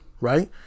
right